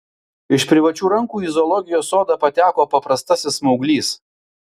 iš privačių rankų į zoologijos sodą pateko paprastasis smauglys